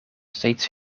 steeds